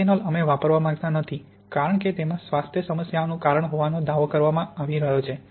methanol અમે વાપરવા માંગતા નથી કારણ કે તેમાં સ્વાસ્થ્ય સમસ્યાઓનું કારણ હોવાનો દાવો કરવામાં આવી રહ્યો છે